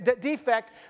defect